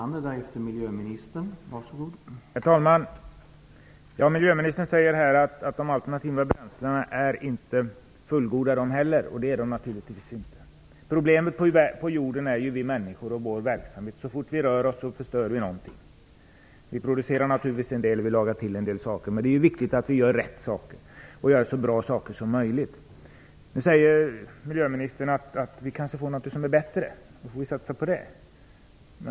Herr talman! Miljöministern säger att de alternativa bränslena inte är fullgoda heller. Det är de naturligtvis inte. Problemet på jorden är vi människor och vår verksamhet. Så fort vi rör oss förstör vi någonting. Vi producerar naturligtvis en del bra och lagar till en del saker. Men det viktiga är att vi gör rätt saker, så bra saker som möjligt. Miljöministern säger att vi kanske får någonting som är bättre och skall satsa på det.